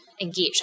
engage